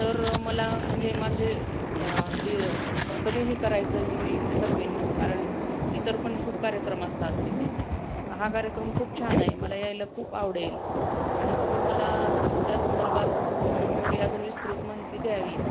तर मला म्हणजे माझे दि कधीही करायचं हे मी ठरवीन ना कारण इतर पण खूप कार्यक्रम असतात येते हा कार्यक्रम खूप छान आहे मला यायला खूप आवडेल आणि तुम्ही मला तसं त्या संदर्भात थोडी अजून विस्तृत माहिती द्यावी